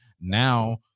Now